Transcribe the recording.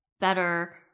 better